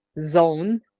zone